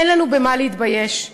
אין לנו במה להתבייש,